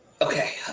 Okay